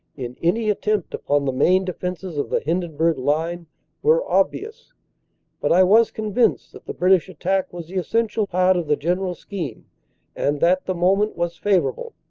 in any attempt upon the main de fenses of the hindenburg line were obvious but i was con vinced that the british attack was the essential part of the general scheme and that the moment was favorable.